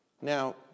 Now